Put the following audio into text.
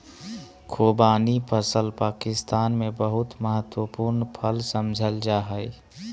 खुबानी फल पाकिस्तान में बहुत महत्वपूर्ण फल समझल जा हइ